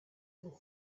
and